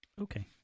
Okay